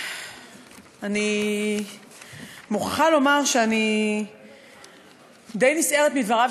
אני מוכרחה לומר שאני די נסערת מדבריו